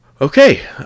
Okay